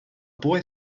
boy